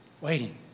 Waiting